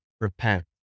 repent